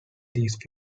these